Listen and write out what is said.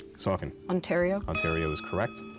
saucon. ontario? ontario is correct.